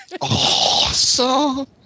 Awesome